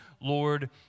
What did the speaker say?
Lord